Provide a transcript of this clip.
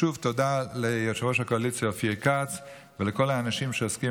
שוב תודה ליושב-ראש הקואליציה אופיר כץ ולכל האנשים שעוסקים